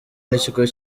n’ikigo